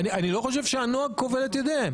אני לא חושב שהונהג כובל את ידיהם.